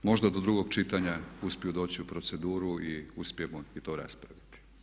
Možda do drugog čitanja uspiju doći u proceduru i uspijemo i to raspraviti.